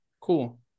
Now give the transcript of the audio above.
cool